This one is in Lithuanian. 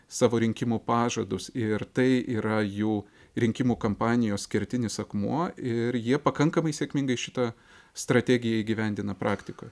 savo rinkimų pažadus ir tai yra jų rinkimų kampanijos kertinis akmuo ir jie pakankamai sėkmingai šitą strategiją įgyvendina praktikoj